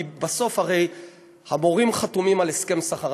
כי בסוף הרי המורים חתומים על הסכם שכר.